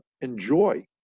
enjoy